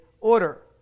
order